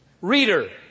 Reader